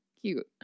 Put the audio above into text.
Cute